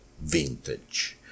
vintage